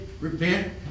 repent